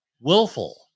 willful